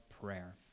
prayer